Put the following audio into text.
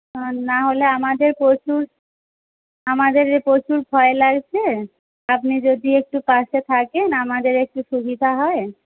না হলে আমাদের প্রচুর আমাদের প্রচুর ভয় লাগছে আপনি যদি একটু পাশে থাকেন আমাদের একটু সুবিধা হয়